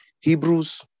hebrews